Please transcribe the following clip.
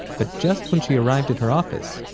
but just when she arrived at her office,